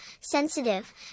sensitive